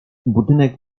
budynek